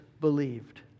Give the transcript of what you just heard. believed